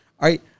right